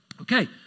Okay